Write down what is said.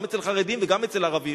גם אצל חרדים וגם אצל ערבים,